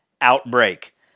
outbreak